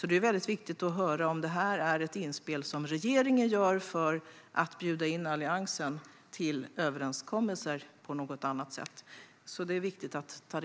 Det är därför viktigt att få veta om det är ett inspel som regeringen gör för att på något sätt bjuda in Alliansen till överenskommelser.